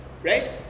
Right